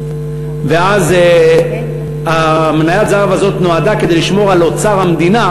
אז מניית הזהב הזאת נועדה לשמור על אוצר המדינה,